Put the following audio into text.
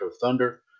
thunder